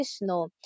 no